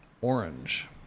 orange